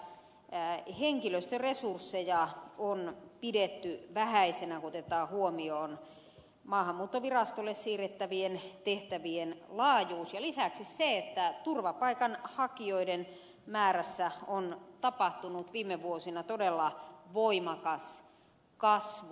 näitä henkilöstöresursseja on pidetty vähäisenä kun otetaan huomioon maahanmuuttovirastolle siirrettävien tehtävien laajuus ja lisäksi se että turvapaikan hakijoiden määrässä on tapahtunut viime vuosina todella voimakas kasvu